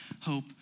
hope